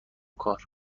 کار